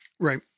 Right